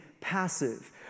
passive